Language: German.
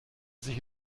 sich